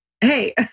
Hey